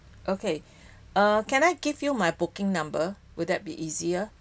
okay uh can I give you my booking number will that be easier